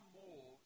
more